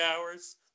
hours